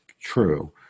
true